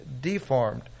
deformed